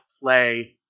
play